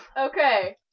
Okay